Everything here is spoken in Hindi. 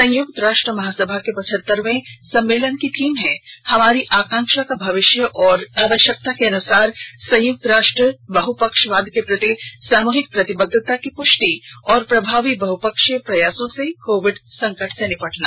संयुक्त राष्ट्र महासभा के पचहतरवें सम्मेलन की थीम है हमारी आकांक्षा का भविष्य और आवश्यकता के अनुसार संयुक्त राष्ट्र बहुपक्षवाद के प्रति सामूहिक प्रतिबद्धता की पुष्टि और प्रभावी बहुपक्षीय प्रयासों से कोविंड संकट से निपटना